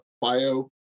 bio